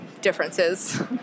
differences